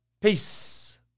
Peace